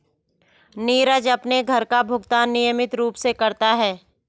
नीरज अपने कर का भुगतान नियमित रूप से करता है